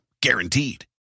guaranteed